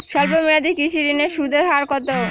স্বল্প মেয়াদী কৃষি ঋণের সুদের হার কত?